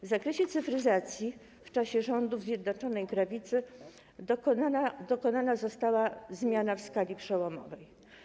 W zakresie cyfryzacji w czasie rządów Zjednoczonej Prawicy dokonana została zmiana o skali przełomowej.